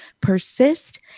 persist